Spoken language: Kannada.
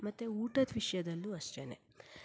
ಮತ್ತು ಊಟದ ವಿಷಯದಲ್ಲೂ ಅಷ್ಟೆ